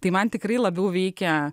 tai man tikrai labiau veikia